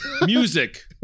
Music